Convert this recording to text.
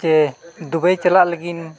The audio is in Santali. ᱡᱮ ᱫᱩᱵᱟᱭ ᱪᱟᱞᱟᱜ ᱞᱟᱹᱜᱤᱫ